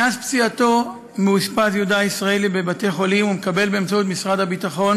מאז פציעתו מאושפז יהודה הישראלי בבתי-חולים ומקבל באמצעות משרד הביטחון